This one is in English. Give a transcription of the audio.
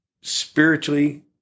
spiritually